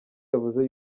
yavuze